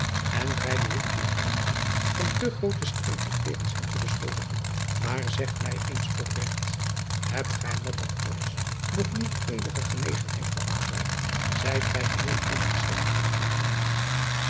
en gij behoeft u geheel niet van te groote strengheid jegens hem adriaan loosjes pzn het leven van hillegonda buisman te beschuldigen maar zeg mij eens opregt hebt gij met dat alles nog niet eenige genegenheid voor akswijk zijt gij geheel onverschillig omtrent hem